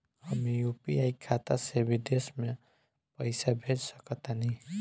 हम यू.पी.आई खाता से विदेश म पइसा भेज सक तानि?